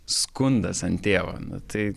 skundas ant tėvo nu tai